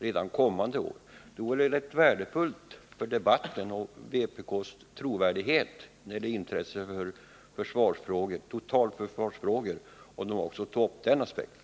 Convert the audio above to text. Det vore rätt värdefullt med tanke på debatten och vpk:s trovärdighet och intresse för totalförsvarsfrågor, om Hans Petersson också tog upp den aspekten.